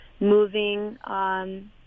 moving